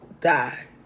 die